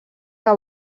que